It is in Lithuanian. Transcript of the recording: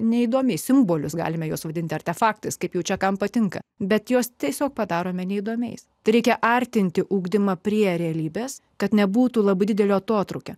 neįdomiai simbolius galime juos vadinti artefaktais kaip jau čia kam patinka bet juos tiesiog padarome neįdomiais tereikia artinti ugdymą prie realybės kad nebūtų labai didelio atotrūkio